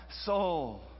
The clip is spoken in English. soul